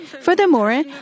Furthermore